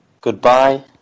Goodbye